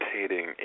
rotating